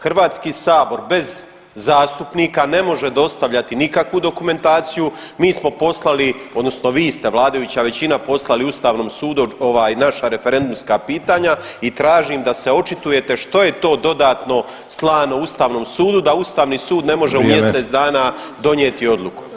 HS bez zastupnika ne može dostavljati nikakvu dokumentaciju, mi smo poslali odnosno vi ste vladajuća većina poslali ustavnom sudu naša referendumska pitanja i tražim da se očitujete što je to dodatno slano ustavnom sud da ustavni sud [[Upadica Sanader: Vrijeme.]] ne može u mjesec dana donijeti odluku